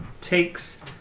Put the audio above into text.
takes